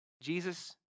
Jesus